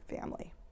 family